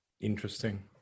Interesting